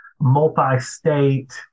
multi-state